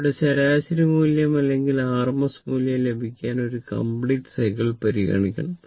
ഇവിടെ ശരാശരി മൂല്യം അല്ലെങ്കിൽ r RMS മൂല്യം ലഭിക്കാൻ ഒരു കമ്പ്ലീറ്റ് സൈക്കിൾ പരിഗണിക്കണം